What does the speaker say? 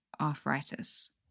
arthritis